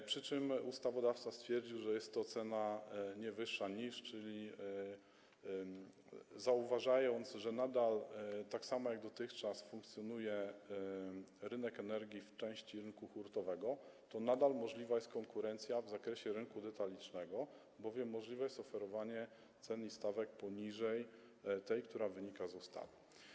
Jednocześnie ustawodawca stwierdził, że jest to cena „nie wyższa niż”, czyli zauważając, że tak samo jak dotychczas funkcjonuje rynek energii w części rynku hurtowego, nadal możliwa jest konkurencja w zakresie rynku detalicznego, bowiem możliwe jest oferowanie cen i stawek poniżej tych, które wynikają z ustawy.